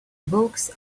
books